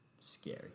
scary